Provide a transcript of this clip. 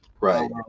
Right